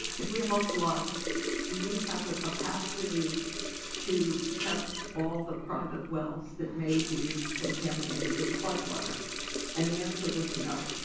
if we have a flood do we have the capacity to test all the private wells that may be contaminated with flood water and the answer was so number.